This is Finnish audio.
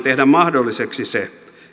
tehdä mahdolliseksi se